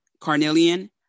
carnelian